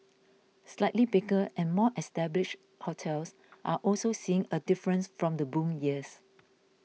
slightly bigger and more established hotels are also seeing a difference from the boom years